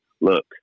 look